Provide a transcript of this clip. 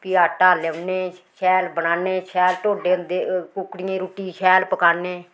फ्ही आटा लेओन्ने शैल बनान्ने शैल टोडे होंदे कुकड़ियें दी रुट्टी शैल पकान्ने